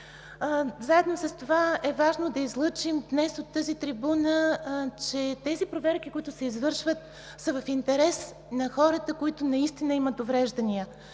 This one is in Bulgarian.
Заедно с това е важно да излъчим днес от трибуната, че тези проверки, които се извършват, са в интерес на хората, които наистина имат увреждания,